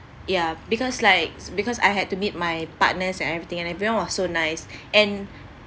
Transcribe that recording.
ya because likes because I had to meet my partners and everything and everyone was so nice and